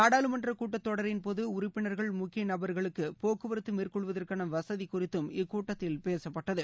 நாடாளுமன்ற கூட்டத்தொடரின்போது உறுப்பினர்கள் போக்குவரத்து மேற்கொள்வதற்கான வசதி குறித்தும் இக் கூட்டத்தில் பேசப்பட்டது